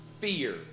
fear